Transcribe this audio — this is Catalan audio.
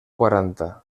quaranta